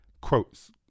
quotes